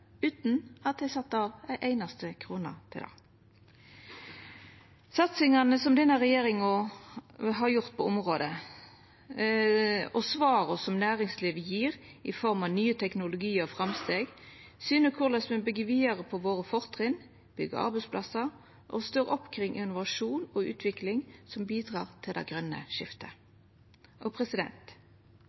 utan at dei har sett av ei einaste krone til det. Satsingane som denne regjeringa har gjort på området, og svara som næringslivet gjev i form av ny teknologi og framsteg, syner korleis me byggjer vidare på fortrinna våre, byggjer arbeidsplassar og stør opp under innovasjon og utvikling som bidreg til det grøne skiftet.